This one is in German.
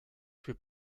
für